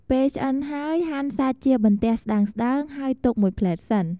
ពេលឆ្អិនហើយ ហាន់សាច់ជាបន្ទះស្តើងៗ ហើយទុកមួយភ្លែតសិន។